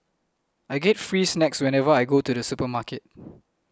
I get free snacks whenever I go to the supermarket